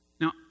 Now